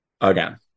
again